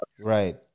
Right